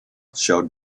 showed